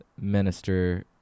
Minister